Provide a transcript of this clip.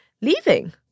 leaving